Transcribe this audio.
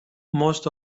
most